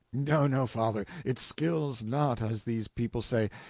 no-no, father, it skills not, as these people say.